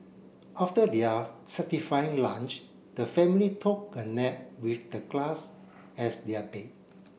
after their satisfying lunch the family took a nap with the grass as their bed